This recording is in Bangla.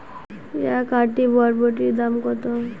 এক আঁটি বরবটির দাম কত?